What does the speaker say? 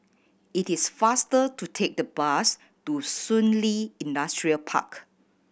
it is faster to take the bus to Shun Li Industrial Park